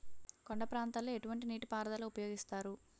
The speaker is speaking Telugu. కొండ ప్రాంతాల్లో ఎటువంటి నీటి పారుదల ఉపయోగిస్తారు?